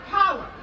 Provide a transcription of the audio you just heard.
power